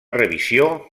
revisió